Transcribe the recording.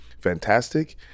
fantastic